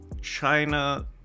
China